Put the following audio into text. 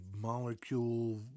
molecule